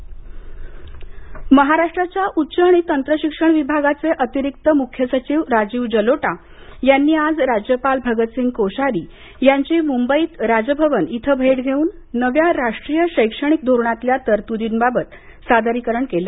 महाराष्ट्र राज्यपाल महाराष्ट्राच्या उच्च आणि तंत्र शिक्षण विभागाचे अतिरिक्त मुख्य सचिव राजीव जलोटा यांनी आज राज्यपाल भगतसिंह कोश्यारी यांची मुंबईत राजभवन इथं भेट घेऊन नव्या राष्ट्रीय शैक्षणिक धोरणातल्या तरतुदींबाबत सादरीकरण केलं